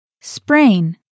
Sprain